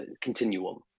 continuum